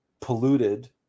polluted